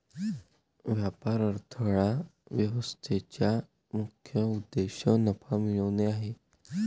व्यापार अडथळा व्यवसायाचा मुख्य उद्देश नफा मिळवणे आहे